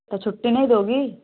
तो छुट्टी नहीं दोगी